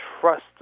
trust